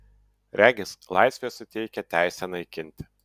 regis laisvė suteikia teisę naikinti